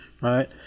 Right